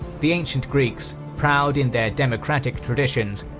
the ancient greeks, proud in their democratic traditions,